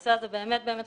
הנושא הזה באמת חשוב.